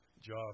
job